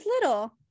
little